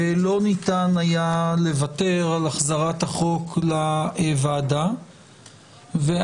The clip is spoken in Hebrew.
לא ניתן היה לוותר על החזרת החוק לוועדה ועל